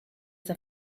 the